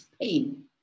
pain